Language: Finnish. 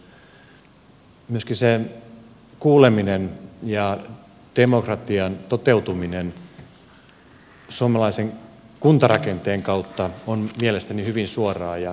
myöskin se kuuleminen ja demokratian toteutuminen suomalaisen kuntarakenteen kautta on mielestäni hyvin suoraa ja hyvin demokraattista